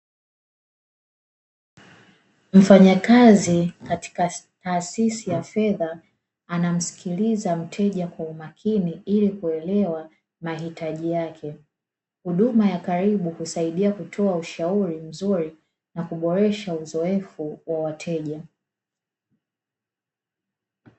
Mfanyakazi katika taasisi ya fedha, anamsikiliza mteja kwa umakini ili kuelewa mahitaji yake. Huduma ya karibu husaidia kutoa ushauri uzuri na kuboresha uzoefu wa wateja.